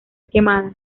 quemada